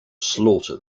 slaughter